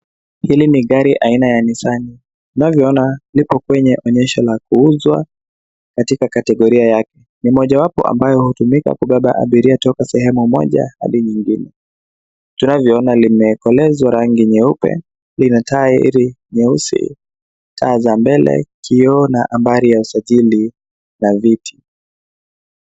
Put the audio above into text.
Hili ni gari aina ya Nissan. Unavyoona liko kwenye onyesho la kuuzwa katika kategoria yake. Ni mojawapo ambayo hutumika kubebea abiria kutoka sehemu moja hadi nyingine. Tunavyoona limekolezwa rangi nyeupe lina tairi nyeusi, taa za mbele, kioo na nambari za usajili na viti.